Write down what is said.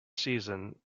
season